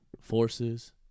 forces